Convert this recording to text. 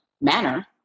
manner